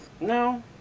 No